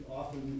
often